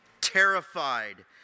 terrified